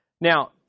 Now